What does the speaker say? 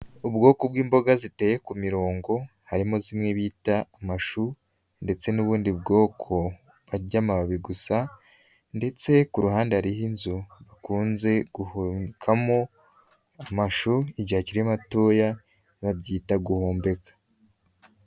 Ubwoko bw'imboga ziteye ku mirongo, harimo zimwe bita amashu ndetse n'ubundi bwoko by'amababi gusa ndetse ku ruhande hariho inzu bakunze guhunikamo amashu igihekiri matoya, babyita guhombeka.